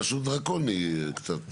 זה נראה משהו דרקוני, קצת.